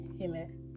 Amen